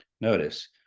notice